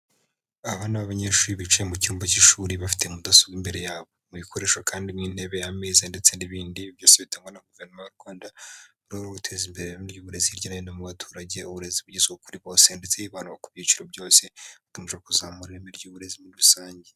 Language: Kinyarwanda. Aba ni abanyeshuri bicaye mu cyumba cy'ishuri bafite mudasobwa imbere yabo. Ibi bikoresho kandi n'intebe, ameza ndetse n'ibindi, ibi byose bitangwa na guverinoma y' u Rwanda mu rwego rwo guteza imbere uburezi hirya no hino mu baturage. uburezi bugezwa kuri bose ndetse hibandwa ku byiciro byose, hagakomejwe kuzamura ireme ry'uburezi muri rusange.